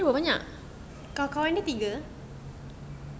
kawan-kawan dia tiga